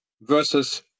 versus